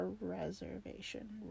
reservation